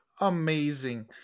Amazing